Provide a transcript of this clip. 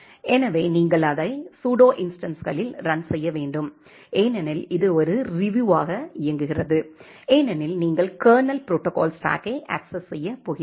எனவே நீங்கள் அதை ஸுடோ இன்ஸ்டன்களில் ரன் செய்ய வேண்டும் ஏனெனில் இது ஒரு ரியூவாக இயங்குகிறது ஏனெனில் நீங்கள் கர்னல் ப்ரோடோகால் ஸ்டாக்கை அக்சஸ் செய்ய போகிறீர்கள்